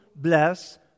bless